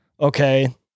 okay